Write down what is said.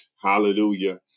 hallelujah